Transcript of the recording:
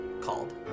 called